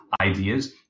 ideas